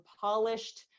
polished